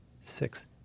six